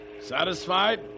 Satisfied